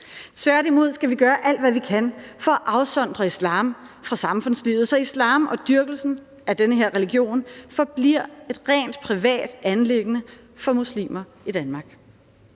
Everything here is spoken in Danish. Tværtimod skal vi gøre alt, hvad vi kan, for at afsondre islam fra samfundslivet, så islam og dyrkelsen af den her religion forbliver et rent privat anliggende for muslimer i Danmark.